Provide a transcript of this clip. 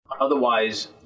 Otherwise